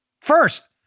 First